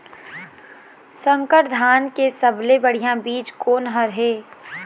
संकर धान के सबले बढ़िया बीज कोन हर ये?